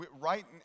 right